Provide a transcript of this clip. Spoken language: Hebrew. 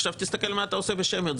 עכשיו תסתכל מה אתה עושה בשמיות.